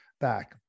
back